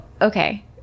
okay